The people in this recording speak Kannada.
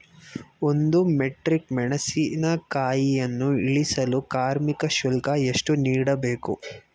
ಒಂದು ಮೆಟ್ರಿಕ್ ಮೆಣಸಿನಕಾಯಿಯನ್ನು ಇಳಿಸಲು ಕಾರ್ಮಿಕ ಶುಲ್ಕ ಎಷ್ಟು ನೀಡಬೇಕು?